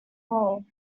whole